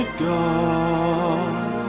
god